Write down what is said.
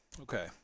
okay